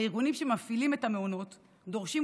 הארגונים המפעילים את המעונות דורשים,